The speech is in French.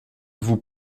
vous